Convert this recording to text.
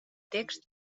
text